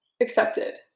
accepted